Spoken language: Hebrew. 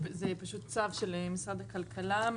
זה פשוט צו של משרד הכלכלה.